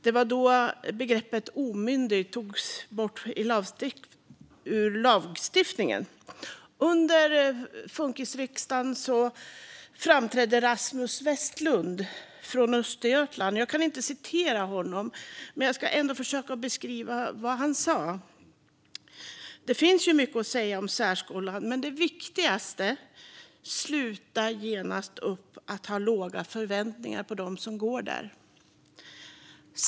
Det var då begreppet omyndig togs bort ur lagstiftningen. Under funkisriksdagen framträdde Rasmus Westlund från Östergötland. Jag kan inte citera honom, men jag ska ändå försöka beskriva det han sa. Det finns mycket att säga om särskolan. Men det viktigaste är: Sluta genast upp med att ha låga förväntningar på dem som går där.